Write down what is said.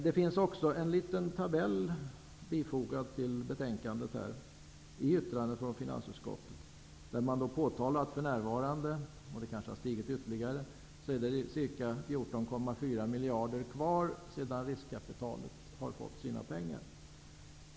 Det finns också en liten tabell fogad till finansutskottets yttrande, av vilken framgår att för närvarande -- beloppet har kanske stigit ytterligare -- är det ca 14,4 miljarder kvar sedan riskkapitalet har fått sina pengar.